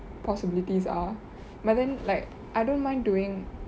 possibilities are but then like I don't mind doing